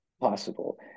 possible